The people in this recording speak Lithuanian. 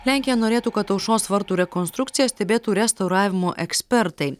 lenkija norėtų kad aušros vartų rekonstrukciją stebėtų restauravimo ekspertai